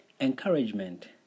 encouragement